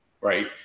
Right